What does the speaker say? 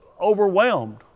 overwhelmed